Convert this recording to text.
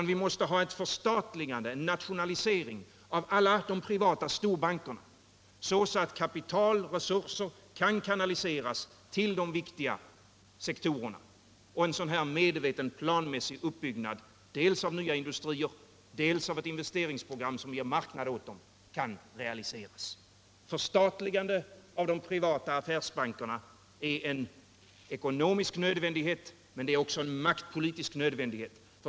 Vi måste ha ett förstatligande, en nationalisering av alla de privata storbankerna, så att kapital och resurser kan kanaliseras till de viktiga sektorerna. Och en sådan här medveten planmässig uppbyggnad dels av nya industrier, dels av ett investeringsprogram som ger marknad åt dem, kan realiseras. Förstatligande av de privata affärsbankerna är en ekonomisk nödvändighet, men det är också en maktpolitisk nödvändighet.